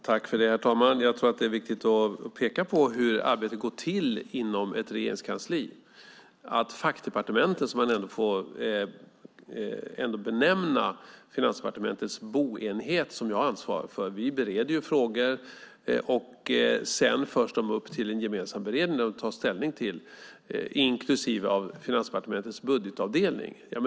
Herr talman! Jag tror att det är viktigt att peka på hur arbetet går till inom ett regeringskansli. I fackdepartementet, som man ändå får benämna Finansdepartementets boenhet som jag har ansvar för, bereder vi frågor som sedan förs upp till en gemensam beredning där det tas ställning till dem, inklusive av Finansdepartementets budgetavdelning.